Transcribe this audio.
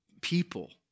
People